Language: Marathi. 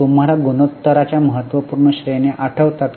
तुम्हाला गुणोत्तराच्या महत्त्वपूर्ण श्रेण्या आठवतात